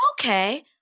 okay